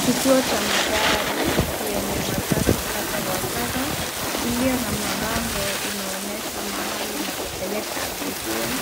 Kituo cha magari yenye matatu kadha wa kadha iliyo na mabango inaonyesha mahali inapoleka abiria